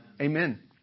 amen